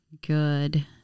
good